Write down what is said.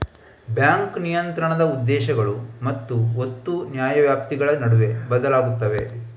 bank ನಿಯಂತ್ರಣದ ಉದ್ದೇಶಗಳು ಮತ್ತು ಒತ್ತು ನ್ಯಾಯವ್ಯಾಪ್ತಿಗಳ ನಡುವೆ ಬದಲಾಗುತ್ತವೆ